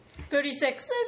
Thirty-six